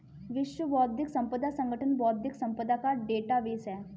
विश्व बौद्धिक संपदा संगठन बौद्धिक संपदा का डेटाबेस है